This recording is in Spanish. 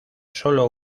solo